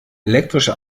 elektrische